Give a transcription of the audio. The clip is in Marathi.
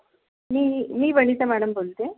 मी मी वनिता मॅडम बोलते आहे